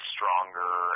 Stronger